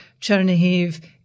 Chernihiv